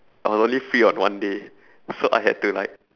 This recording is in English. I was only free on one day so I had to like